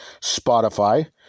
Spotify